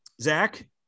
Zach